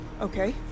Okay